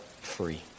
free